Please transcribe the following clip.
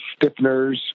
stiffeners